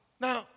Now